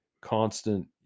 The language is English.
Constant